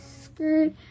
skirt